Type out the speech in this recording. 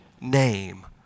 name